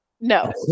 No